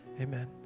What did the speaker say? Amen